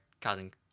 causing